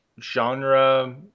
genre